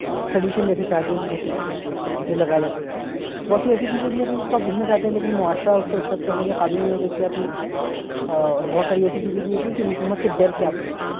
sedition جیسے charges ہوتے ہیں جو لگا جا سکتے ہیں بہت سی ایسی چیزیں بھی ہوتی ہیں جس کو آپ لکھنا چاہتے ہیں لیکن معاشرہ اس کو ایکسیپٹ کرنے کے قابل نہیں ہوتا ہے اس لیے آپ لکھتے ہیں اور بہت ساری ایسی چیزیں بھی ہوتی ہیں کہ حکومت کے ڈر سے آپ نہیں لکھتے ہیں